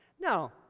Now